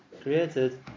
created